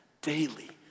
daily